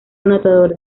anotador